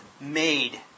made